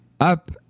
up